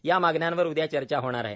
या मागण्यांवर उदया चर्चा होणार आहे